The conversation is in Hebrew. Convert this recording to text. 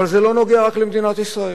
אבל, זה לא נוגע רק למדינת ישראל,